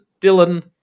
Dylan